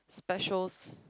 specials